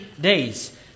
days